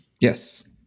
Yes